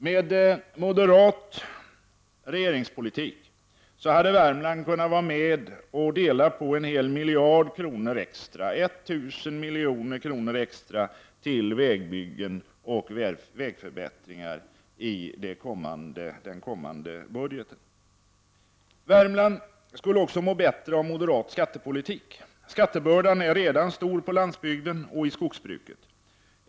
Med moderat regeringspolitik hade Värmland kunnat vara med och dela på en hel miljard kronor extra till vägbyggen och vägförbättringar i den kommande budgeten. Värmland skulle också må bättre av moderat skattepolitik. Skattebördan är redan stor på landsbygden och i skogsbruket.